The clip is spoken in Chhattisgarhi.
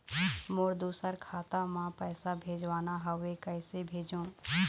मोर दुसर खाता मा पैसा भेजवाना हवे, कइसे भेजों?